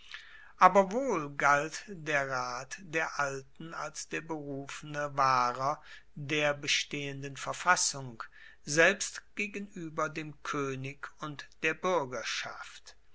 aber wohl galt der rat der alten als der berufene wahrer der bestehenden verfassung selbst gegenueber dem koenig und der buergerschaft